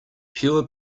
pure